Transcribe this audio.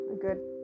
good